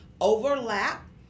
overlap